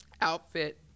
outfit